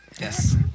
Yes